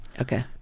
Okay